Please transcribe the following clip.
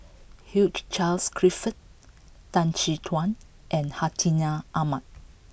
Hugh Charles Clifford Tan Chin Tuan and Hartinah Ahmad